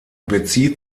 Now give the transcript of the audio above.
bezieht